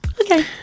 Okay